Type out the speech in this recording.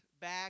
back